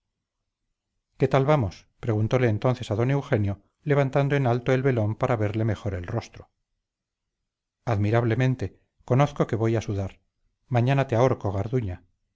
qué tal vamos preguntó entonces a don eugenio levantando en alto el velón para verle mejor el rostro admirablemente conozco que voy a sudar mañana te ahorco garduña